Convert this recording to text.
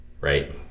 right